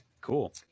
Cool